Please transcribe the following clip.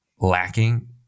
lacking